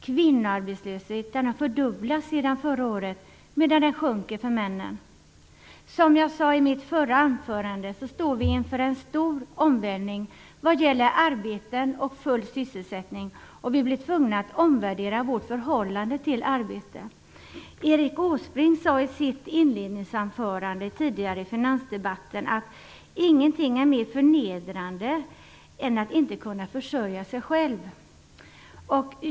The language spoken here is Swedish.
Kvinnoarbetslösheten har fördubblats sedan förra året, medan arbetslösheten sjunker bland männen. Som jag sade i mitt förra anförande står vi inför en stor omvälvning vad gäller arbeten och full sysselsättning, och vi blir tvungna att omvärdera vårt förhållande till arbete. Erik Åsbrink sade i sitt inledningsanförande tidigare i finansdebatten att ingenting är mer förnedrande än att inte kunna försörja sig själv.